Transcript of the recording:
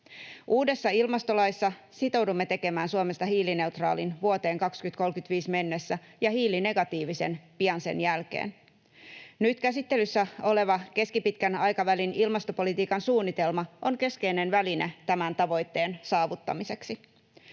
Uudessa ilmastolaissa sitoudumme tekemään Suomesta hiilineutraalin vuoteen 2035 mennessä ja hiilinegatiivisen pian sen jälkeen. Nyt käsittelyssä oleva keskipitkän aikavälin ilmastopolitiikan suunnitelma on keskeinen väline tämän tavoitteen saavuttamiseksi.